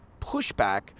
pushback